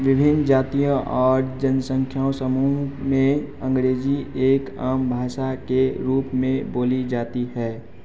विभिन्न जातियां और जनसांख्यिकीय समूहों में अंग्रेजी एक आम भाषा के रूप में बोली जाती है